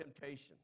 temptation